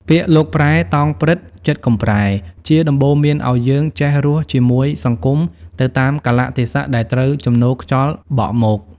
ពាក្យ លោកប្រែ តោងព្រឹត្តិ ចិត្តកុំប្រែ ជាដំបូន្មានឲ្យយើង "ចេះរស់" ជាមួយសង្គមទៅតាមកាលៈទេសៈដែលត្រូវជំនោរខ្យល់បក់មក។